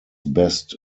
best